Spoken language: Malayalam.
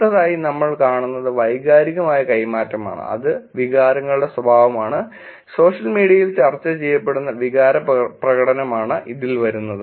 അടുത്തതായി നമ്മൾ കാണുന്നത് വൈകാരികമായ കൈമാറ്റമാണ് അത് വികാരങ്ങളുടെ സ്വഭാവമാണ് സോഷ്യൽ മീഡിയയിൽ ചർച്ച ചെയ്യപ്പെടുന്ന വികാരപ്രകടനമാണ് ഇതിൽ വരുന്നത്